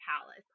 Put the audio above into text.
palace